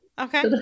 Okay